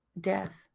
death